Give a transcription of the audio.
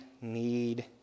need